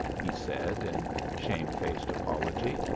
he said, in shame-faced apology.